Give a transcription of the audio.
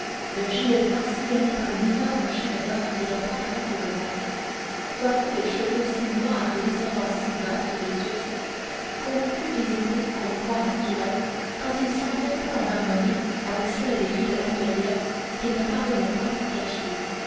d'un gilet blanc sillonné par une énorme chaîne d'or et d'un pantalon couleur noisette coiffé de cheveux si noirs et descendant si bas sur les sourcils qu'on eût pu hésiter à les croire naturels tant ils semblaient peu en harmonie avec celles des rides inférieures qu'ils ne parvenaient point à cacher